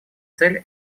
цель